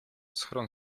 schron